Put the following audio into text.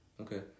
Okay